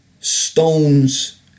stones